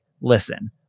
listen